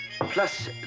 plus